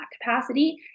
capacity